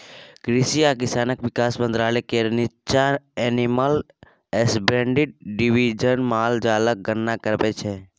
कृषि आ किसान बिकास मंत्रालय केर नीच्चाँ एनिमल हसबेंड्री डिबीजन माल जालक गणना कराबै छै